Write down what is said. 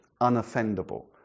Unoffendable